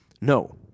No